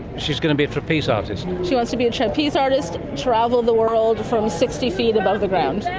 she going to be a trapeze artist? she wants to be a trapeze artist, travel the world from sixty feet above the ground.